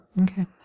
Okay